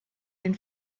den